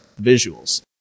visuals